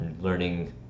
Learning